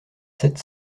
sept